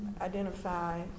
identify